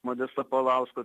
modesto paulausko